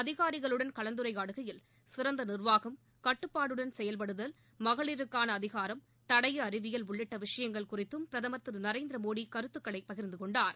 அதிகாரிகளுடன் கலந்துரையாடுகையில் சிறந்த நிர்வாகம் கட்டுப்பாட்டுடன் செயல்படுதல் மகளிருக்கான அதிகாரம் தடய அறிவியல் உள்ளிட்ட விஷயங்கள் குறித்தும் பிரதமர் திரு நரேந்திரமோடி கருத்துக்களை பகிர்ந்து கொண்டார்